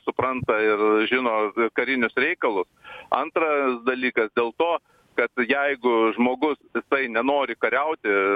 supranta ir žino karinius reikalus antras dalykas dėl to kad jeigu žmogus nenori kariauti